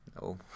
No